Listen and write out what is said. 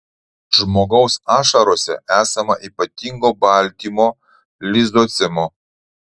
žmogaus ašarose esama ypatingo baltymo lizocimo